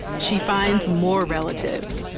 she finds more relatives.